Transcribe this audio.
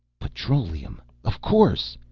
petroleum of course!